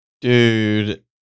Dude